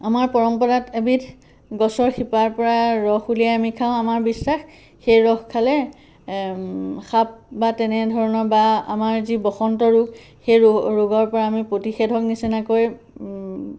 আমাৰ পৰম্পৰাত এবিধ গছৰ শিপাৰ পৰা ৰস উলিয়াই আমি খাওঁ আমাৰ বিশ্বাস সেই ৰস খালে সাপ বা তেনেধৰণৰ বা আমাৰ যি বসন্ত ৰোগ সেই ৰো ৰোগৰ পৰা আমি প্ৰতিষেধক নিচিনাকৈ